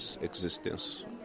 existence